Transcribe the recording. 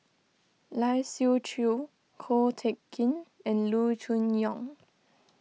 Lai Siu Chiu Ko Teck Kin and Loo Choon Yong